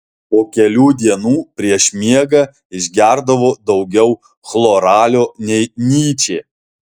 po kelių dienų prieš miegą išgerdavo daugiau chloralio nei nyčė